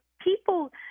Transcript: people –